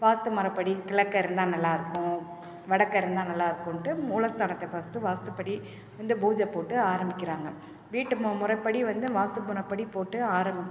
வாஸ்து முறப்படி கிழக்கே இருந்தால் நல்லாருக்கும் வடக்கே இருந்தால் நல்லாருக்குமுட்டு மூலஸ்தானத்தை ஃபர்ஸ்ட்டு வாஸ்துப்படி வந்து பூஜை போட்டு ஆரமிக்கறாங்கள் வீட்டு மு முறைப்படி வந்து வாஸ்து முறப்படி போட்டு ஆரம்மிச்சி